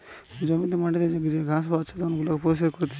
জমিতে মাটিতে যে ঘাস বা আচ্ছাদন গুলাকে পরিষ্কার করতিছে